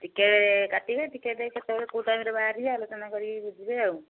ticket କାଟିବେ ticket କେତେବେଳେ କେଉଁ ଟାଇମ୍ରେ ବାହାରିକି ଆଲୋଚନା କରିକି ବୁଝିବେ ଆଉ